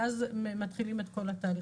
ואז מתחילים את כל התהליך.